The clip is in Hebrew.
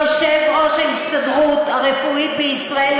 יושב-ראש ההסתדרות הרפואית בישראל,